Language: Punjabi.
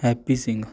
ਹੈਪੀ ਸਿੰਘ